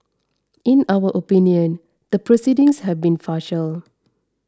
in our opinion the proceedings have been farcical